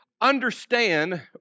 Understand